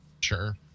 Sure